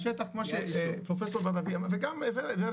מהשטח מה שפרופסור בר לביא אמר וגם ורד,